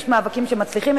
יש מאבקים שמצליחים,